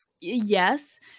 Yes